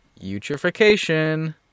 eutrophication